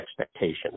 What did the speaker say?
expectations